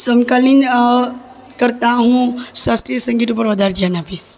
સમકાલીન કરતાં હું શાસ્ત્રીય સંગીત ઉપર વધારે ધ્યાન આપીશ